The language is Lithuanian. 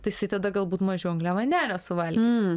tai jisai tada galbūt mažiau angliavandenio valgys